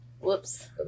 Whoops